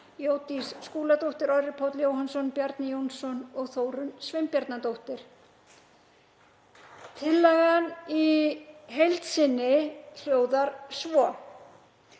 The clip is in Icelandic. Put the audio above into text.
Jódís Skúladóttir, Orri Páll Jóhannsson, Bjarni Jónsson og Þórunn Sveinbjarnardóttir. Tillagan í heild sinni hljóðar svo,